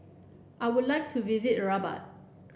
I would like to visit Rabat